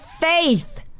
faith